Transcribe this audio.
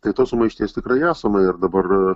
tai tos sumaišties tikrai esama ir dabar